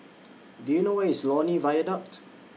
Do YOU know Where IS Lornie Viaduct